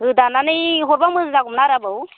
गोदानानै हरब्ला मोजां जागौमोन आरो आबौ